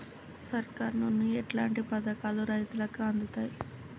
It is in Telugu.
సర్కారు నుండి ఎట్లాంటి పథకాలు రైతులకి అందుతయ్?